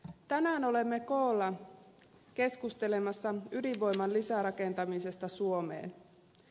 tänään olemme koolla keskustelemassa ydinvoiman lisärakentamisesta suomeen